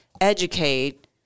educate